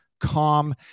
Calm